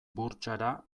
burtsara